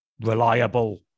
Reliable